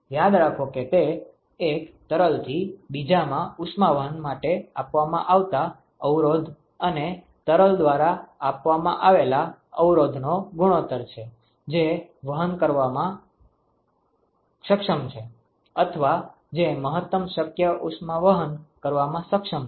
યાદ રાખો કે તે એક તરલથી બીજામાં ઉષ્માવહન માટે આપવામાં આવતા અવરોધ અને તરલ દ્વારા આપવામાં આવેલા અવરોધનો ગુણોતર છે જે વહન કરવામાં સક્ષમ છે અથવા જે મહત્તમ શક્ય ઉષ્માવહન કરવામાં સક્ષમ છે